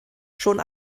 schon